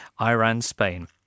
Iran-Spain